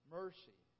mercy